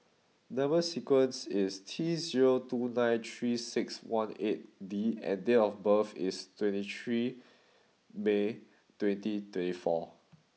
number sequence is T zero two nine three six one eight D and date of birth is twenty three May twenty twenty four